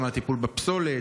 גם על הטיפול בפסולת,